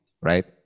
right